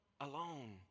alone